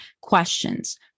questions